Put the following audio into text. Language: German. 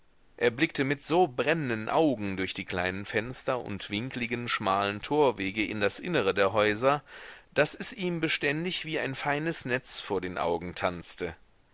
er blickte mit so brennenden augen durch die kleinen fenster und winkligen schmalen torwege in das innere der häuser daß es ihm beständig wie ein feines netz vor den augen tanzte